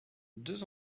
deux